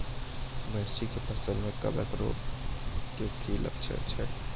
मिर्ची के फसल मे कवक रोग के की लक्छण छै?